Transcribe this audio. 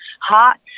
hot